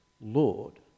Lord